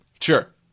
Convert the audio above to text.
Sure